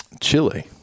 Chile